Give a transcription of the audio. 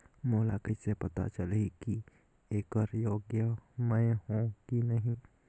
मोला कइसे पता चलही की येकर योग्य मैं हों की नहीं?